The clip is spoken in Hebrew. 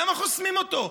למה חוסמים אותו?